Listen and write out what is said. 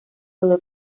todo